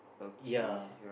ya